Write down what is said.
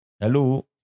Hello